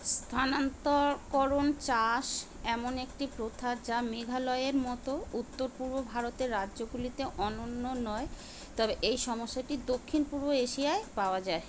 স্থানান্তকরণ চাষ এমন একটি প্রথা যা মেঘালয়ের মতো উত্তর পূর্ব ভারতের রাজ্যগুলিতে অনন্য নয় তবে এই সমস্যাটি দক্ষিণ পূর্ব এশিয়ায় পাওয়া যায়